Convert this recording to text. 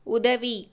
உதவி